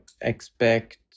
expect